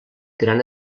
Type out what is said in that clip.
gran